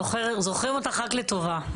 זוכרים אותך רק לטובה.